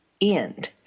end